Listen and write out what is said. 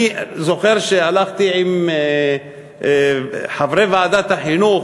אני זוכר שהלכתי עם חברי ועדת החינוך